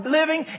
living